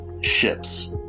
ships